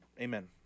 Amen